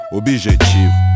objetivo